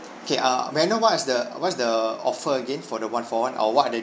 K uh may I know what is the what's the offer again for the one-for-one or what are the